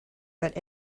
but